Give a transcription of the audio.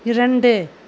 இரண்டு